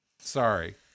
Sorry